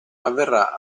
avverrà